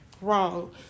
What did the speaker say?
wrong